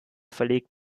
verlegt